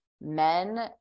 men